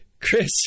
chris